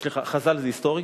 סליחה, חז"ל זה היסטורי?